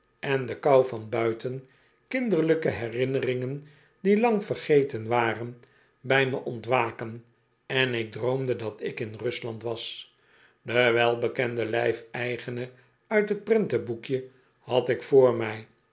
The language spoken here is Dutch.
en de kou van buiten kinderlijke herinneringen die lang vergeten waren bij me ontwaken en ik droomde dat ik in rusland was den welbekenden lijfeigene uit t prentenboekje had ik voor mij